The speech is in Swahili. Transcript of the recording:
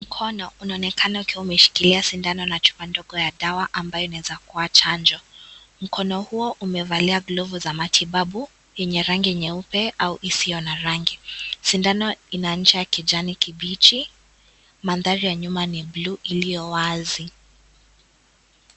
Mkono unaonekana ukiwa umeshikilia sindano na chupa ndogo ya dawa ambayo inaweza kuwa chanjo. Mkono huo umevalia glovu za matibabu yenye rangi nyeupe au isiyo na rangi. Sindano ina ncha ya kijani kibichi. Mandhari ya nyuma ni bluu iliyo wazi.